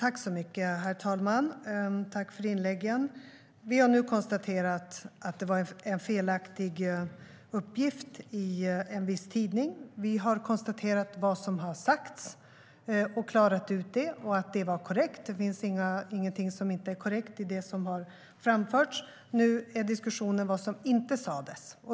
Herr talman! Tack för inläggen! Vi har nu konstaterat att det var en felaktig uppgift i en viss tidning. Vi har konstaterat vad som har sagts och klarat ut att det var korrekt. Det finns ingenting som inte är korrekt i det som har framförts. Nu handlar diskussionen om vad som inte sas.